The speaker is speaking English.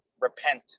repent